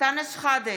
אנטאנס שחאדה,